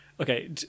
okay